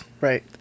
right